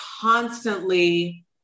constantly